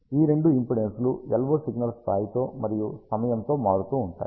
ఈ రెండు ఇంపిడెన్స్ లు LO సిగ్నల్ స్థాయితో మరియు సమయంతో మారుతూ ఉంటాయి